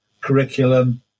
curriculum